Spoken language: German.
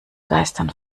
geistern